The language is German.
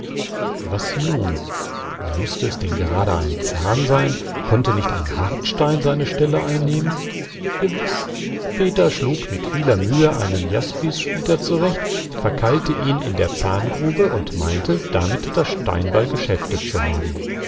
was nun mußte es denn gerade ein zahn sein konnte nicht ein hartstein seine stelle einnehmen gewiß peter schlug mit vieler mühe einen jaspissplitter zurecht verkeilte ihn in der zahngrube und meinte damit das steinbeil geschäftet zu haben